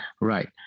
right